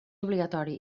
obligatori